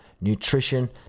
nutrition